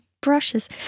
brushes